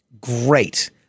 great